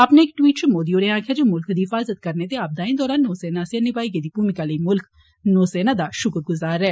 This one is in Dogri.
अपने इक ट्वीट च मोदी होरे आक्खेआ जे मुल्ख दी हिफाजत करने ते आपदाएं दौरान नौसेना आस्सेआ निभाई गेदी भूमिका लेई मुल्ख नौसेना दा षुक्रगुजार ऐ